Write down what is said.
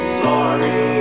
sorry